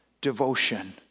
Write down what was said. devotion